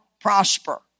prosper